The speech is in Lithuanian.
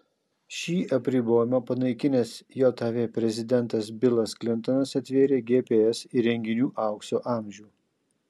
šį apribojimą panaikinęs jav prezidentas bilas klintonas atvėrė gps įrenginių aukso amžių